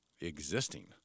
existing